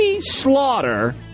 slaughter